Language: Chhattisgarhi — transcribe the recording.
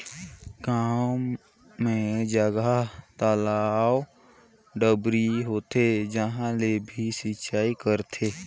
गांव मे जहां तलवा, डबरी होथे उहां ले भी सिचई करथे